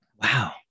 wow